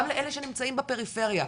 גם לאלה שנמצאים בפריפריה,